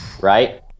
Right